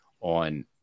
on